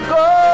go